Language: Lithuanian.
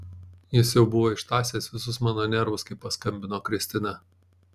jis jau buvo ištąsęs visus mano nervus kai paskambino kristina